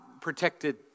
protected